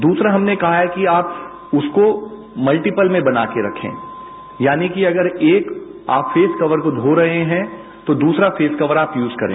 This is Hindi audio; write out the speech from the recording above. दूसरा हमने कहा कि आप उसको मल्टीपल में बनाकर रखें यानी आप इस कवर को धो रहे हैं तो दूसरा फेसकवर आप यूज करें